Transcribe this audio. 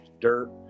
dirt